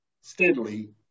steadily